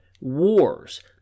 wars